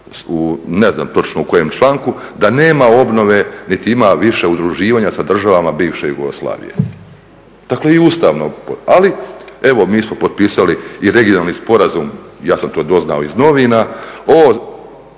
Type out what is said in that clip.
ne znam točno u kojem članku, da nema obnove niti ima više udruživanja sa državama bivše Jugoslavije. Dakle i Ustav. Ali, evo mi smo potpisali i regionalni sporazum, ja sam to doznao iz novina, o